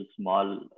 small